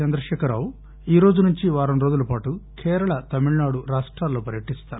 చంద్రశేఖర్ రావు ఈరోజు నుంచి వారంరోజుల పాటు కేరళ తమిళనాడు రాష్టాల్లో పర్యటిస్తారు